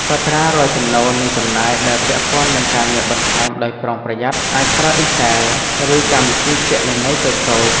កត់ត្រារាល់ចំណូល និងចំណាយដែលពាក់ព័ន្ធនឹងការងារបន្ថែមដោយប្រុងប្រយ័ត្ន អាចប្រើ Excel ឬកម្មវិធីគណនេយ្យតូចៗ។